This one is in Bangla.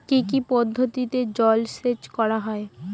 কি কি পদ্ধতিতে জলসেচ করা হয়?